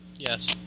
Yes